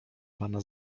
pana